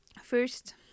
first